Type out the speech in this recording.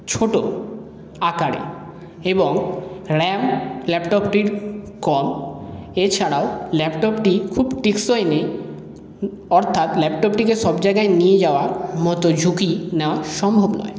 ছোটো আকারে এবং র্যাম ল্যাপটপটির কম এছাড়াও ল্যাপটপটি খুব টেকসই নেই অর্থাৎ ল্যাপটপটিকে সব জায়গায় নিয়ে যাওয়ার মতো ঝুঁকি নেওয়া সম্ভব নয়